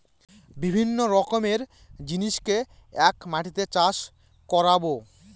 বিভিন্ন রকমের জিনিসকে এক মাটিতে চাষ করাবো